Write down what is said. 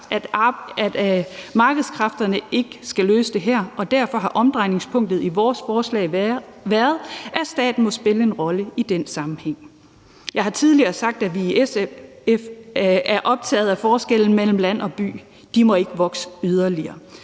at markedskræfterne ikke skal løse det her, og derfor har omdrejningspunktet i vores forslag været, at staten i den sammenhæng må spille en rolle. Jeg har tidligere sagt, at vi i SF er optagede af, at forskellen mellem land og by ikke må vokse yderligere.